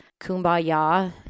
kumbaya